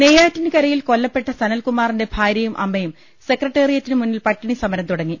നെയ്യാറ്റിൻകരയിൽ കൊല്ലപ്പെട്ട സനൽകുമാറിന്റെ ഭാര്യയും അമ്മയും സെക്രട്ടറിയേറ്റിന് മുന്നിൽ പട്ടിണി സമര് തുടങ്ങി